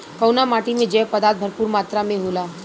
कउना माटी मे जैव पदार्थ भरपूर मात्रा में होला?